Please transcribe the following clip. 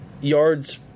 yards